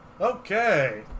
Okay